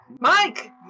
Mike